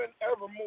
evermore